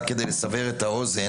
רק כדי לסבר את האוזן,